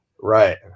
right